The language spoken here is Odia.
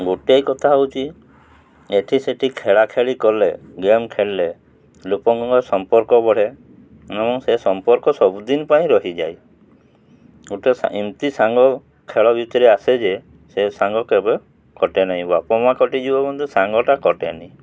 ଗୋଟେ କଥା ହେଉଛି ଏଠି ସେଠି ଖେଳାଖେଳି କଲେ ଗେମ୍ ଖେଳିଲେ ଲୋକଙ୍କର ସମ୍ପର୍କ ବଢ଼େ ଏବଂ ସେ ସମ୍ପର୍କ ସବୁଦିନ ପାଇଁ ରହିଯାଏ ଗୋଟେ ଏମିତି ସାଙ୍ଗ ଖେଳ ଭିତରେ ଆସେ ଯେ ସେ ସାଙ୍ଗ କେବେ କଟେ ନାହିଁ ବାପା ମାଆ କଟିଯିବେ କିନ୍ତୁ ସାଙ୍ଗଟା କଟେନି